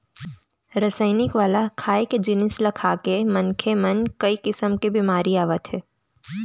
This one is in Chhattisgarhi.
रसइनिक वाला खाए के जिनिस ल खाके मनखे म कइ किसम के बेमारी आवत हे